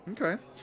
okay